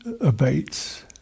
abates